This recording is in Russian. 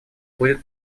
будет